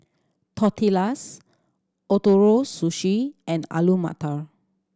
Tortillas Ootoro Sushi and Alu Matar